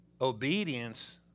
Obedience